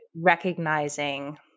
recognizing